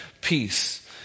peace